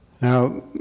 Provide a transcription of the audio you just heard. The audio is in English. Now